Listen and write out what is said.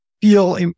feel